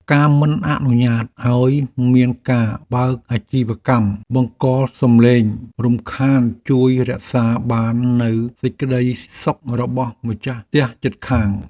ការមិនអនុញ្ញាតឱ្យមានការបើកអាជីវកម្មបង្កសំឡេងរំខានជួយរក្សាបាននូវសេចក្តីសុខរបស់ម្ចាស់ផ្ទះជិតខាង។